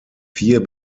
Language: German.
vier